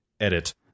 Edit